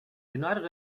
united